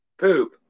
poop